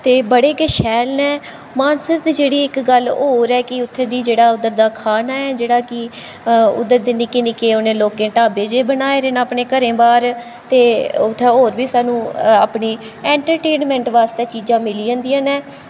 ते बड़े गै शैल नै मानसर दी जेह्ड़ी इक गल्ल होर ऐ कि उत्थें दी जेह्ड़ा उद्धर दा खाना ऐ जेह्ड़ा कि उद्धर दे निक्के निक्के उ'नें लोकें ढाबे जेह् बनाए दे न अपने घरें बाह्र ते उत्थें होर बी सानूं अपनी ऐंन्ट्रटेनमैंट बास्तै चीज़ां मिली जंदियां न